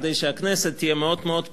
כדי שהכנסת תהיה מאוד-מאוד פעילה,